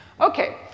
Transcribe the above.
Okay